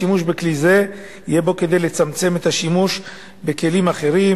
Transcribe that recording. השימוש בכלי זה יהיה בו כדי לצמצם את השימוש בכלים אחרים,